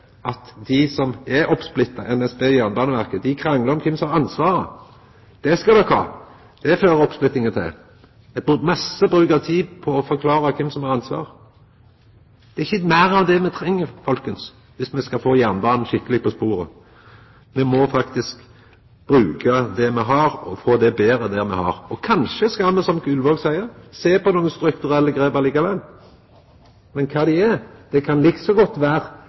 at dei som er splitta opp – NSB og Jernbaneverket – kranglar om kven som har ansvaret. Det skal de ha, det fører oppsplittinga til – masse bruk av tid for å forklara kven som har ansvar. Det er ikkje meir av det me treng, folkens, dersom me skal få jernbanen skikkeleg på sporet! Me må faktisk bruka det me har, og få betre det me har. Og kanskje skal me, som Gullvåg seier, sjå på nokre strukturelle grep likevel. Men kva dei er – det kan like godt